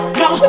no